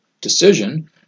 decision